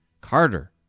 Carter